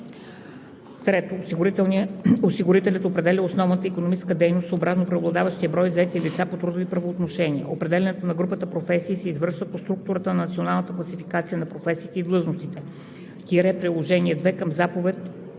3. Осигурителят определя основната икономическа дейност съобразно преобладаващия брой заети лица по трудови правоотношения. Определянето на групата професии се извършва по структурата на Националната класификация на професиите и длъжностите – Приложение 2 към Заповед